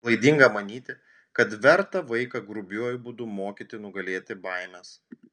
klaidinga manyti kad verta vaiką grubiuoju būdu mokyti nugalėti baimes